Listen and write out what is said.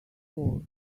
war